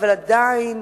אבל עדיין